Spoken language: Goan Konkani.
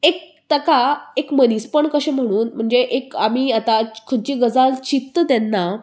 एक ताका एक मनीसपण कशें म्हणून म्हणजे एक आमी आतां खंयची गजाल चित्तां तेन्ना